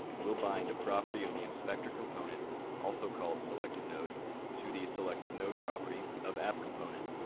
we'll bind a property of the inspector component also called selectednode to the selectednode property of app component.